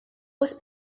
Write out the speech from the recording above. was